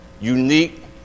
unique